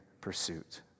pursuit